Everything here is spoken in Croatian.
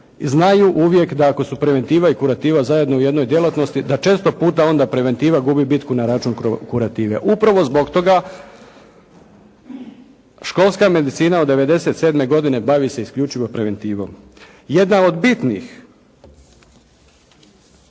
znaju uvijek da ako su preventiva i kurativa zajedno u jednoj djelatnosti da često puta onda preventiva gubi bitku na račun kurative. Upravo zbog toga, školska medicina od '97. godine bavi se isključivo preventivom. Jedna od bitnih